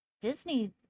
disney